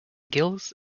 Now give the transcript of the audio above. gills